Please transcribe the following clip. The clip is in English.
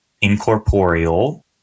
incorporeal